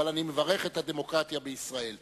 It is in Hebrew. אבל אני מברך את הדמוקרטיה בישראל.